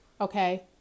Okay